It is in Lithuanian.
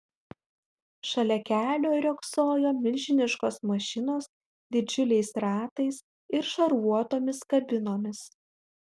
šalia kelio riogsojo milžiniškos mašinos didžiuliais ratais ir šarvuotomis kabinomis